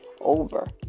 over